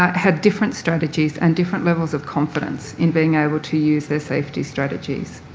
had different strategies and different levels of confidence in being able to use their safety strategies,